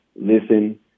Listen